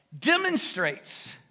demonstrates